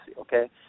Okay